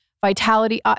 vitality